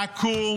תקום